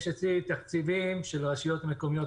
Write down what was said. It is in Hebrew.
יש אצלי תקציבים של רשויות מקומיות